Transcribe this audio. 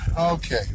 okay